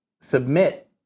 submit